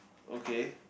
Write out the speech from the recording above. okay